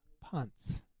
punts